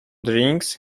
drinks